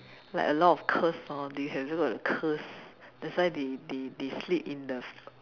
like a lot of curse hor they have a lot of curse that's why they they they sleep in the